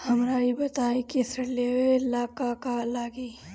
हमरा ई बताई की ऋण लेवे ला का का लागी?